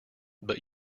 but